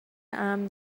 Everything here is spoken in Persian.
امن